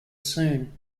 soon